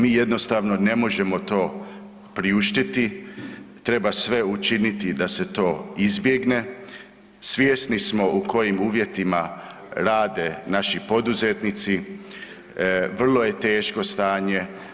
Mi jednostavno ne možemo to priuštiti, treba sve učiniti da se to izbjegne, svjesni smo u kojim uvjetima rade naši poduzetnici, vrlo je teško stanje.